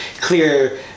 clear